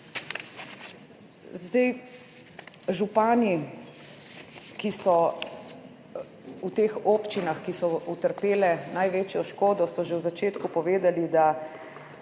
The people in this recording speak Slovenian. naprej. Župani v teh občinah, ki so utrpele največjo škodo, so že v začetku povedali, da